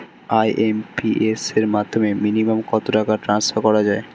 IMPS এর মাধ্যমে minimum কত টাকা ট্রান্সফার করা যায়?